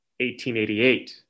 1888